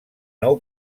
nou